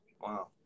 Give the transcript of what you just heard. wow